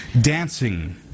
dancing